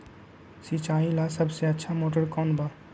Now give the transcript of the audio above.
सिंचाई ला सबसे अच्छा मोटर कौन बा?